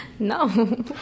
No